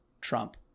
Trump